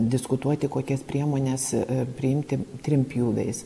diskutuoti kokias priemones priimti trim pjūviais